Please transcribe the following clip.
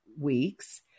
weeks